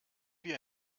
wir